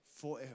forever